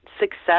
success